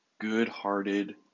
good-hearted